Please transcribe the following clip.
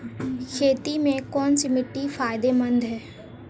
खेती में कौनसी मिट्टी फायदेमंद है?